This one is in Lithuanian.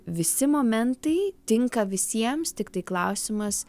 visi momentai tinka visiems tiktai klausimas